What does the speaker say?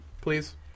Please